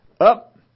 up